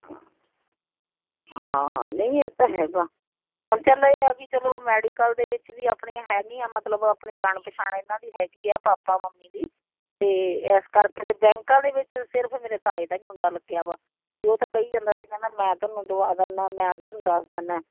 ਹਾਂ ਹਾਂ ਨਹੀਂ ਇਹ ਤਾਂ ਹੈਗਾ ਹੁਣ ਚਲ ਇਹ ਆ ਵੀ ਚੱਲੋ ਮੈਡੀਕਲ ਦੇ ਵਿੱਚ ਵੀ ਆਪਣੀਆਂ ਹੈਗੀਆਂ ਮਤਲਬ ਆਪਣੇ ਜਾਣ ਪਛਾਣ ਇਹਨਾਂ ਦੀ ਹੈਗੀ ਆ ਪਾਪਾ ਮੰਮੀ ਦੀ ਅਤੇ ਇਸ ਕਰਕੇ ਤਾਂ ਬੈਂਕਾਂ ਦੇ ਵਿੱਚ ਸਿਰਫ਼ ਮੇਰੇ ਤਾਏ ਦਾ ਹੀ ਮੁੰਡਾ ਲੱਗਿਆ ਵਾ ਵੀ ਉਹ ਤਾਂ ਕਹੀ ਜਾਂਦਾ ਸੀ ਕਹਿੰਦਾ ਮੈਂ ਤੁਹਾਨੂੰ ਦੁਆ ਦਿੰਦਾ ਮੈਂ ਤੁਹਾਨੂੰ ਦੱਸ ਦਿੰਦਾ